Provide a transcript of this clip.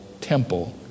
temple